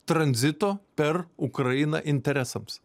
tranzito per ukrainą interesams